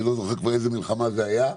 אני לא זוכר כבר איזו מלחמה זו הייתה.